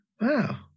Wow